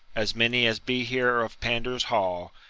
as many as be here of pander's hall,